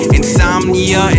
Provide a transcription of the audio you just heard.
Insomnia